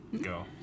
go